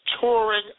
touring